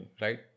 right